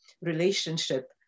relationship